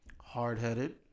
Hard-headed